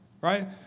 right